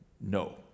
No